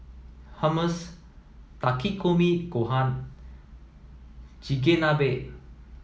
Hummus Takikomi Gohan Chigenabe